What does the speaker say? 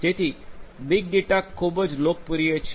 જેથી big data ખૂબ જ લોકપ્રિય છે